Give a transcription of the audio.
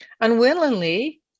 unwillingly